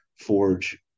forge